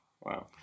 Wow